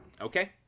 okay